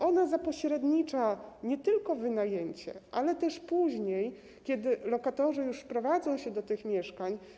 On zapośrednicza nie tylko wynajęcie, ale też pomaga później, kiedy lokatorzy już wprowadzą się do tych mieszkań.